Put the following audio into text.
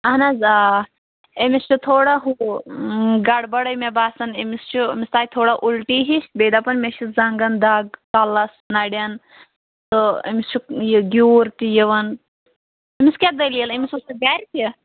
اَہَن حظ آ أمِس چھُ تھوڑا ہُہ گَڑبَڑَے مےٚ باسان أمِس چھُ أمِس آے تھوڑا اُلٹی ہِش بیٚیہِ دَپان مےٚ چھِ زنٛگَن دَگ کَلَس نرٮ۪ن تہٕ أمِس چھِ یہِ گیوٗر تہِ یِوان أمِس کیٛاہ دٔلیٖل أمِس اوسا گَرِ تہِ